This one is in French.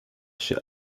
chez